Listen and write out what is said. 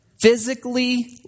physically